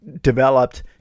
developed